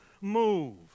move